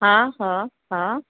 हा हा हा